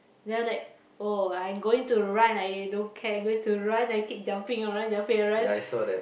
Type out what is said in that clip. then I was like oh I'm going to run I don't care I'm going to run I keep jumping around jumping around